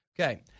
Okay